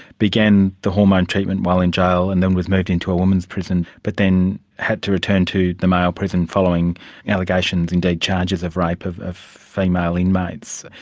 began the hormone treatment while in jail and then was moved into a woman's prison, but then had to return to the male prison following allegations, indeed charges of rape of of female inmates.